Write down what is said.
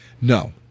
No